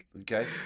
Okay